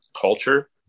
culture